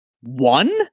one